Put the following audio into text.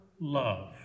love